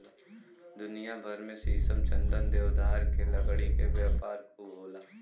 दुनिया भर में शीशम, चंदन, देवदार के लकड़ी के व्यापार खूब होला